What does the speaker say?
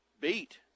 Beat